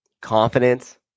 confidence